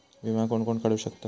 विमा कोण कोण काढू शकता?